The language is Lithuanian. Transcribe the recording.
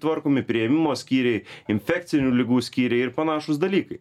tvarkomi priėmimo skyriai infekcinių ligų skyriai ir panašūs dalykai